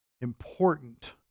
important